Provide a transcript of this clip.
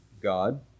God